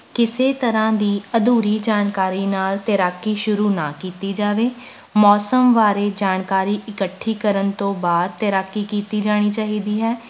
ਕਿਸੇ ਤਰ੍ਹਾਂ ਦੀ ਅਧੂਰੀ ਜਾਣਕਾਰੀ ਨਾਲ ਤੈਰਾਕੀ ਸ਼ੁਰੂ ਨਾ ਕੀਤੀ ਜਾਵੇ ਮੌਸਮ ਬਾਰੇ ਜਾਣਕਾਰੀ ਇਕੱਠੀ ਕਰਨ ਤੋਂ ਬਾਅਦ ਤੈਰਾਕੀ ਕੀਤੀ ਜਾਣੀ ਚਾਹੀਦੀ ਹੈ